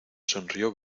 sonrió